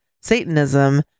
Satanism